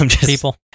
people